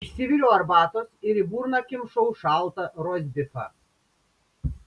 išsiviriau arbatos ir į burną kimšau šaltą rostbifą